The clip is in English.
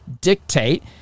dictate